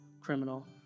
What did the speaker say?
criminal